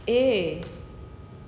eh